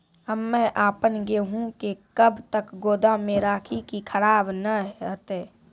हम्मे आपन गेहूँ के कब तक गोदाम मे राखी कि खराब न हते?